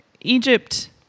Egypt